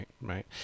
Right